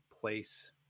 place